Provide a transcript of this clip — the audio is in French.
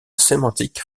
sémantique